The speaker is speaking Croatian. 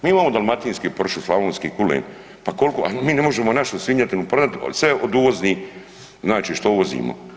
Mi imamo dalmatinski pršut, slavonski kulen, pa koliko a mi ne možemo našu svinjetinu prodat, sve od uvoznih, znači što uvozimo.